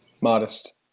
Modest